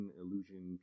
illusion